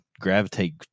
gravitate